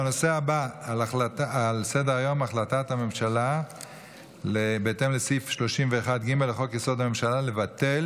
על סדר-היום החלטת הממשלה בהתאם לסעיף 31(ג) לחוק-יסוד: הממשלה לבטל